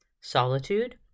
Solitude